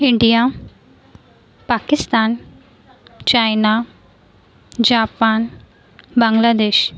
India Pakistan China Japan Bangladesh